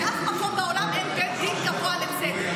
באף מקום בעולם אין בית דין גבוה לצדק.